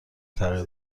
تغییر